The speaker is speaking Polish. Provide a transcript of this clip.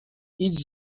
idź